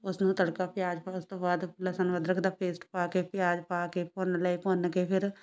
ਉਸਨੂੰ ਤੜਕਾ ਪਿਆਜ਼ ਉਸ ਤੋਂ ਬਾਅਦ ਲਸਣ ਅਦਰਕ ਦਾ ਪੇਸਟ ਪਾ ਕੇ ਪਿਆਜ਼ ਪਾ ਕੇ ਭੁੰਨ ਲਏ ਭੁੰਨ ਕੇ ਫਿਰ